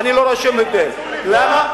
שם לכל אחד